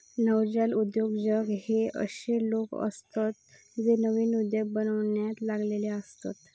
नवजात उद्योजक हे अशे लोक असतत जे नवीन उद्योग बनवण्यात लागलेले असतत